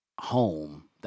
home